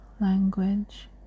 language